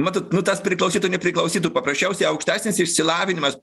matot nu tas priklausytų nepriklausytų paprasčiausiai aukštesnis išsilavinimas